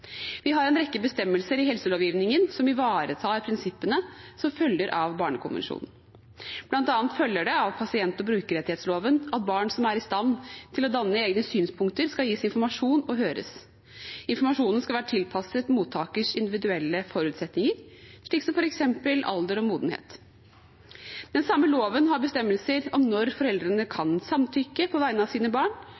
Vi har en rekke bestemmelser i helselovgivningen som ivaretar prinsippene som følger av barnekonvensjonen, bl.a. følger det av pasient- og brukerrettighetsloven at barn som er i stand til å danne egne synspunkter, skal gis informasjon og høres. Informasjonen skal være tilpasset mottakers individuelle forutsetninger, slik som f.eks. alder og modenhet. Den samme loven har bestemmelser om når foreldrene kan